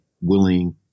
willing